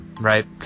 Right